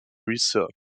research